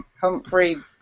Humphrey